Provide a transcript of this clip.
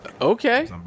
okay